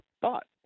thought